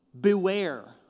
beware